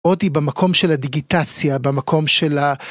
הודי במקום של הדיגיטציה במקום של ה...